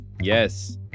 Yes